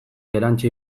erantsi